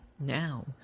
now